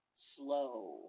slow